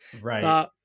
Right